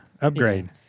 Upgrade